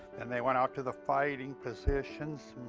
and they went out to the fighting positions.